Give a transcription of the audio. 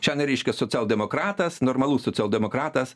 šiandien reiškia socialdemokratas normalus socialdemokratas